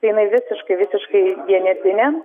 tai jinai visiškai visiškai vienetinė